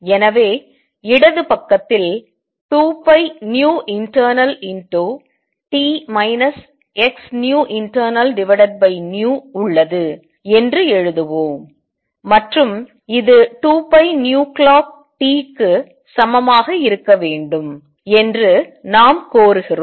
எனவே இடது பக்கத்தில் 2πinternalt xinternalv உள்ளது என்று எழுதுவோம் மற்றும் இது 2πclockt க்கு சமமாக இருக்க வேண்டும் என்று நாம் கோருகிறோம்